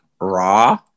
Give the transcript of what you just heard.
raw